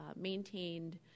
maintained